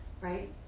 right